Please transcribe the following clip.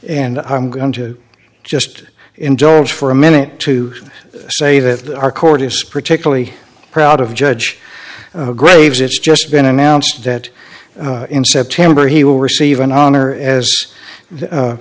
and i'm going to just in job for a minute to say that our court is particularly proud of judge graves it's just been announced that in september he will receive an honor as